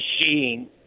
machine